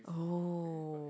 oh